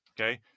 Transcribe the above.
okay